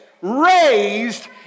raised